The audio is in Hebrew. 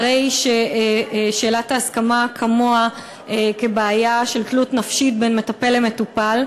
הרי ששאלת ההסכמה כמוה כבעיה של תלות נפשית בין מטפל למטופל,